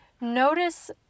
notice